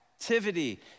activity